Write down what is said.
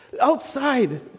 Outside